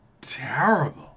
terrible